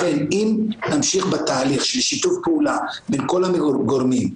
לכן אם נמשיך בתהליך של שיתוף פעולה בין כל הגורמים,